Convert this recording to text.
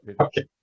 Okay